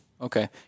Okay